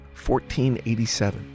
1487